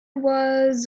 was